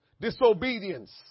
disobedience